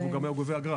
הוא גם היה גובה אגרה.